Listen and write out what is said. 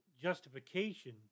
justification